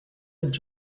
mit